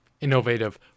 innovative